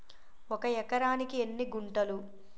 ఒక ఎకరానికి ఎన్ని గుంటలు?